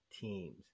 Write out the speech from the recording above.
teams